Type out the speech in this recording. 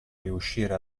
riuscire